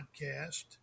podcast